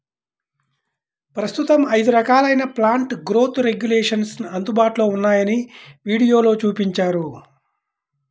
ప్రస్తుతం ఐదు రకాలైన ప్లాంట్ గ్రోత్ రెగ్యులేషన్స్ అందుబాటులో ఉన్నాయని వీడియోలో చూపించారు